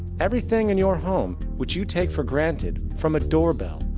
everything in your home, which you take for granted, from a doorbell,